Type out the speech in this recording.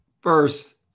first